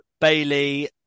Bailey